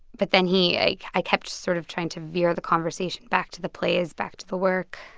but then he i i kept sort of trying to veer the conversation back to the plays, back to the work,